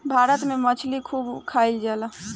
भारत में मछली खूब खाईल जाला